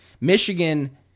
Michigan